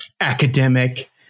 academic